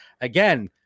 Again